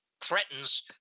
threatens